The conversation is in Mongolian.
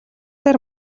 дээр